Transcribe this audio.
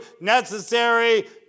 necessary